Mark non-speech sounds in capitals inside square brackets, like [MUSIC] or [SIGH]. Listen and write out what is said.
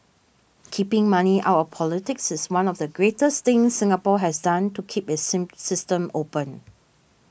keeping money out of politics is one of the greatest things Singapore has done to keep its [UNINTELLIGIBLE] system open